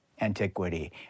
antiquity